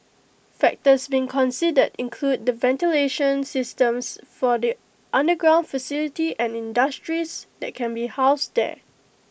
factors being considered include the ventilation systems for the underground facility and the industries that can be housed there